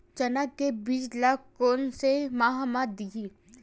चना के बीज ल कोन से माह म दीही?